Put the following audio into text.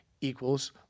equals